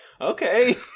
Okay